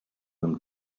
them